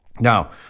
Now